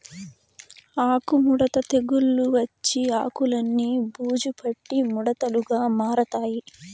ఆకు ముడత తెగులు వచ్చి ఆకులన్ని బూజు పట్టి ముడతలుగా మారతాయి